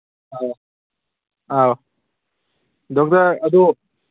ꯑꯥ ꯑꯧ ꯗꯣꯛꯇꯔ ꯑꯗꯨ